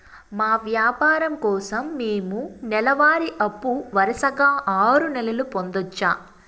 మా వ్యాపారం కోసం మేము నెల వారి అప్పు వరుసగా ఆరు నెలలు పొందొచ్చా?